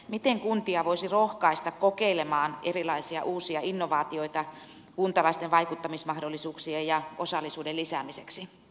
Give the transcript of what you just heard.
miten kuntia voisi rohkaista kokeilemaan erilaisia uusia innovaatioita kuntalaisten vaikuttamismahdollisuuksien ja osallisuuden lisäämiseksi